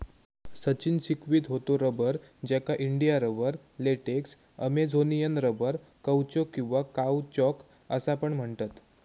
सचिन शिकवीत होतो रबर, ज्याका India rubber, latex, Amazonian rubber, कौचो किंवा काउचॉक असा पण म्हणतत